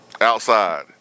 outside